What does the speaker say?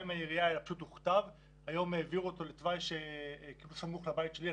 עם העירייה והיום העבירו אותו לתוואי סמוך לבית שלי.